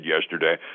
yesterday